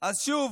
אז שוב,